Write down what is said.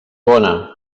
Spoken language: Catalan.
bona